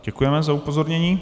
Děkujeme za upozornění.